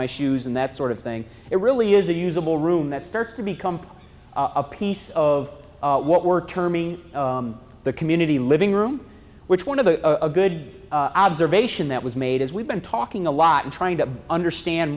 my shoes and that sort of thing it really is a usable room that starts to become a piece of what we're terming the community living room which one of the a good observation that was made as we've been talking a lot in trying to understand